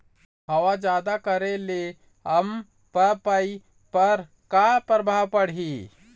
हवा जादा करे ले अरमपपई पर का परभाव पड़िही?